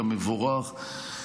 המבורך,